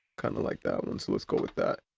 kind of of like that one, so let's go with that.